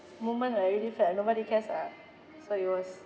moment I really felt like nobody cares lah so it was